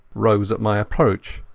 rose at my approach.